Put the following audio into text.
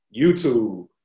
YouTube